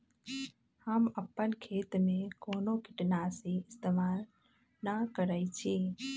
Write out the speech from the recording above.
हम अपन खेत में कोनो किटनाशी इस्तमाल न करई छी